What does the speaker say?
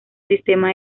sistema